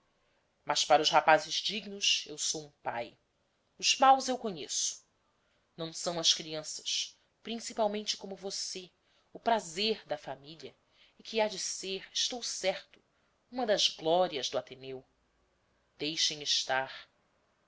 mas para os rapazes dignos eu sou um pai os maus eu conheço não são as crianças principalmente como você o prazer da família e que há de ser estou certo uma das glórias do ateneu deixem estar